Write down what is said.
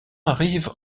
arrive